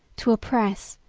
to oppress,